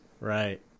Right